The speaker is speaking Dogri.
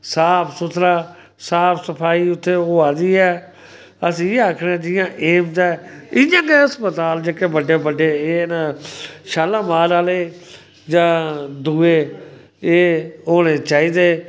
साफ सुथरा साफ सफाई उत्थै होआ दी ऐ अस इ'यै आखने जि'यां एम्स ऐ इ'यां गै अस्पताल जेह्के बड्डे बड्डे एह् न शालामार आह्ले जां दुए एह् होने चाहिदे